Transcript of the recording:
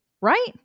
right